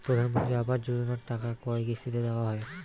প্রধানমন্ত্রী আবাস যোজনার টাকা কয় কিস্তিতে দেওয়া হয়?